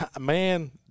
Man